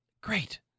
Great